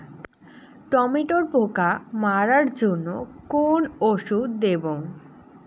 টমেটোর পোকা মারার জন্য কোন ওষুধ দেব?